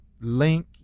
link